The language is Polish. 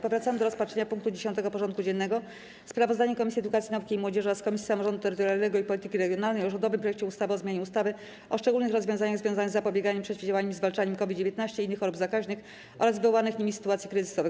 Powracamy do rozpatrzenia punktu 10. porządku dziennego: Sprawozdanie Komisji Edukacji, Nauki i Młodzieży oraz Komisji Samorządu Terytorialnego i Polityki Regionalnej o rządowym projekcie ustawy o zmianie ustawy o szczególnych rozwiązaniach związanych z zapobieganiem, przeciwdziałaniem i zwalczaniem COVID-19, innych chorób zakaźnych oraz wywołanych nimi sytuacji kryzysowych.